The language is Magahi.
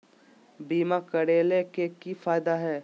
बीमा करैला के की फायदा है?